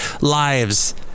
lives